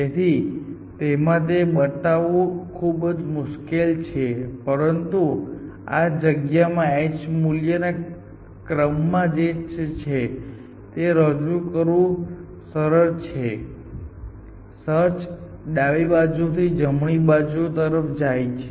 તેથી તેમાં તે બતાવવું ખૂબ મુશ્કેલ છે પરંતુ આ જગ્યામાં h મૂલ્યના ક્રમમાં જે છે તે રજૂ કરવું સરળ છે સર્ચ ડાબી બાજુ થી જમણી બાજુ તરફ જાય છે